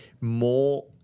more